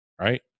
right